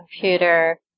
computer